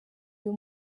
uyu